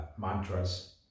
mantras